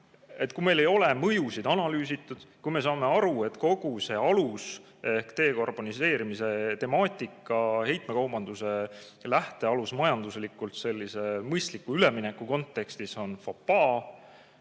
kui meil ei ole mõjusid analüüsitud, kui me saame aru, et kogu see alus ehk dekarboniseerimise temaatika kui heitmekaubanduse lähtealus majanduslikult mõistliku ülemineku kontekstis on fopaa?